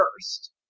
first